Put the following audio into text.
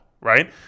right